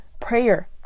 prayer